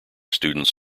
students